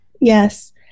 Yes